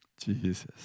Jesus